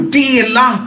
dela